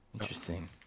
Interesting